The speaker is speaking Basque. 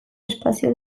espazio